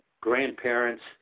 grandparents